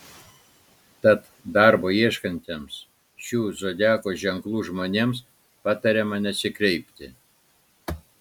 tad darbo ieškantiems šių zodiako ženklų žmonėms patariama nesikreipti